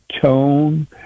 tone